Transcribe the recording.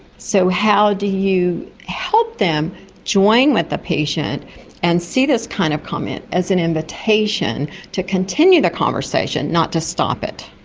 so how do you help them join with the patient and see this kind of comment as an invitation to continue their conversation, not to stop it.